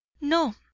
No